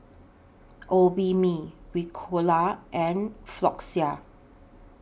Obimin Ricola and Floxia